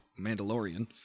Mandalorian